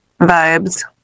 vibes